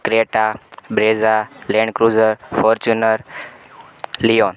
Creta Brezza Land Cruiser Fortuner Leon